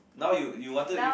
now you you wanted to eat